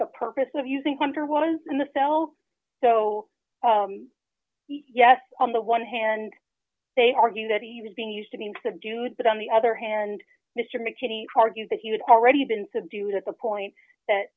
the purpose of using hunter was in the cell so yes on the one hand they argue that he was being used to being subdued but on the other hand mr mckinney argued that he had already been subdued at the point that